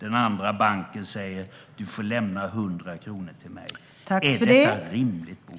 En annan bank säger: Du får lämna 100 kronor till mig. Är detta rimligt, Bolund?